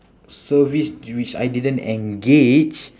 service which I didn't engage